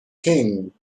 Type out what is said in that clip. king